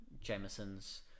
Jameson's